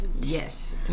Yes